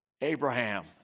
Abraham